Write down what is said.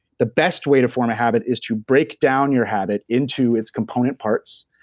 the best way to form a habit is to break down your habit into its component parts,